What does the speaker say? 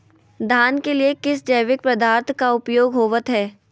धान के लिए किस जैविक पदार्थ का उपयोग होवत है?